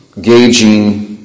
gauging